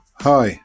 Hi